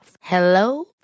Hello